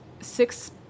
six